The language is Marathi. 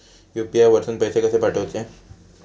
यू.पी.आय वरसून पैसे कसे पाठवचे?